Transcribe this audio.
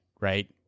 right